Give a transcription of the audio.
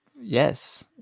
Yes